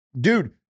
dude